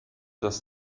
dass